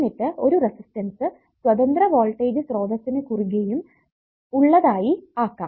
എന്നിട്ട് ഒരു റെസിസ്റ്റൻസ് സ്വതന്ത്ര വോൾടേജ് സ്രോതസ്സിനു കുറുകെയും ഉള്ളതായി ആക്കാം